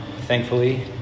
thankfully